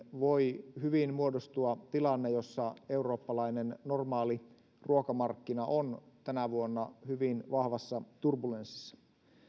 voi hyvin muodostua tilanne jossa eurooppalainen normaali ruokamarkkina on tänä vuonna hyvin vahvassa turbulenssissa